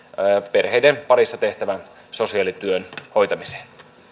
perheiden parissa tehtävän sosiaalityön hoitamiseen